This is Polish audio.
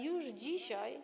Już dzisiaj.